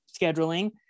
scheduling